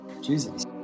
Jesus